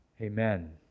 Amen